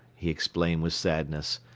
he explained with sadness,